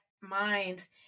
minds